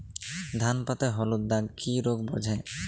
ধান পাতায় হলুদ দাগ কি রোগ বোঝায়?